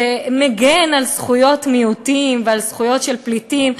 שמגן על זכויות מיעוטים ועל זכויות של פליטים.